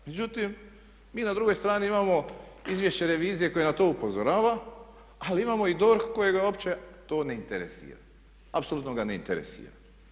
Međutim, mi na drugoj strani imamo izvješće Revizije koje na to upozorava ali imamo i DORH kojega uopće to ne interesira, apsolutno ga ne interesira.